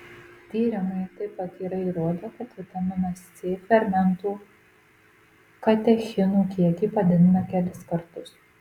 tyrimai taip pat yra įrodę kad vitaminas c fermentų katechinų kiekį padidina kelis kartus